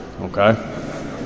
okay